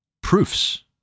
proofs